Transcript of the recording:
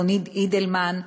ליאוניד אידלמן,